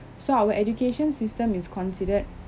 so our education system is considered